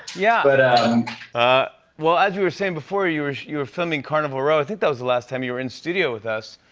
yeah but, um well, as you were saying before, you were you were filming carnival row. i think that was the last time you were in studio with us,